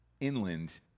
inland